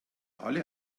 alle